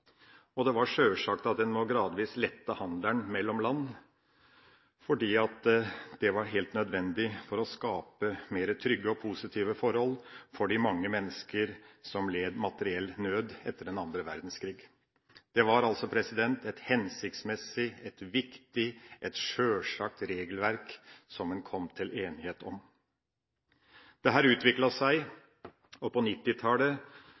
og det var sjølsagt at en gradvis måtte lette handelen mellom land. Det var helt nødvendig for å skape tryggere og mer positive forhold for de mange mennesker som led materiell nød etter den annen verdenskrig. Det var altså et hensiktsmessig, et viktig og et sjølsagt regelverk som en kom til enighet om. Dette utviklet seg, og på